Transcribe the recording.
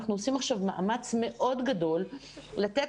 אנחנו עושים עכשיו מאמץ מאוד גדול לתת